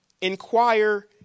inquire